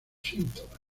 síntomas